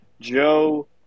Joe